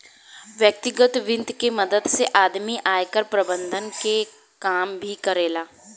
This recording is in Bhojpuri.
व्यतिगत वित्त के मदद से आदमी आयकर प्रबंधन के काम भी करेला